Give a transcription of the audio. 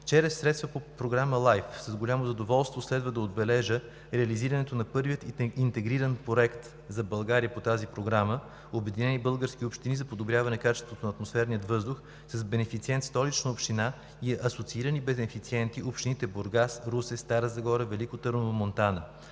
Чрез средства по Програма LIFE, с голямо задоволство следва да отбележа реализирането на първия интегриран проект за България по тази програма – „Обединени български общини за подобряване качеството на атмосферния въздух“ с бенефициент Столична община и асоциирани бенефициенти – общините Бургас, Русе, Стара Загора, Велико Търново, Монтана.